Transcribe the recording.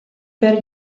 per